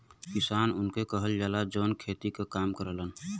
किसान उनके कहल जाला, जौन खेती क काम करलन